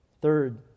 Third